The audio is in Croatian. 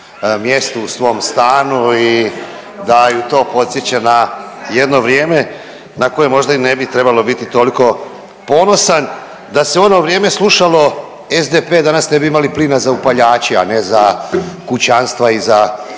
mjestu u svom stanu i da ju to podsjeća na jedno vrijeme na koje možda i ne bi trebalo biti toliko ponosan. Da se u ono vrijeme slušalo SDP danas ne bi imali plina za upaljače, a ne za kućanstva i za